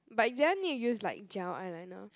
but do I need use like gel eyeliner